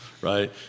right